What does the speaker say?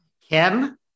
Kim